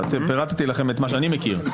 פירטתי לכם את מה שאני מכיר,